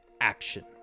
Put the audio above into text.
action